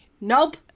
Nope